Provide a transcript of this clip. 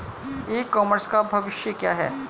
ई commerce का भविष्य क्या है?